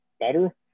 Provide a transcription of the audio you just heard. better